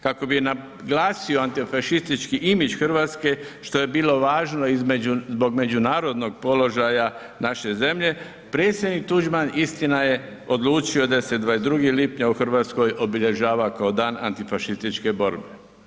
Kako bi naglasio antifašistički imidž Hrvatske što je bilo važno zbog međunarodnog položaja naše zemlje, predsjednik Tuđman istina je odlučio je da se 22. lipnja u Hrvatskoj obilježava kao Dan antifašističke borbe.